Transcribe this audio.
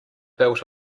built